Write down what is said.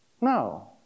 No